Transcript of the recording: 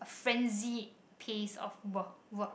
frenzy pace of work work